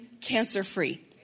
cancer-free